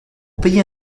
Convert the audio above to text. payer